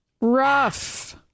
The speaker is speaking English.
rough